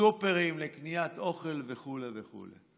סופרים לקניית אוכל וכו' וכו'.